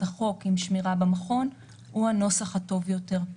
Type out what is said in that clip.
החוק עם שמירה במכון הוא הנוסח הטוב יותר.